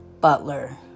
Butler